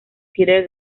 peter